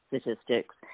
statistics